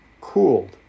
cooled